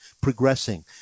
progressing